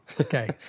Okay